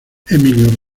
emilio